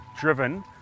driven